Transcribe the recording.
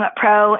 pro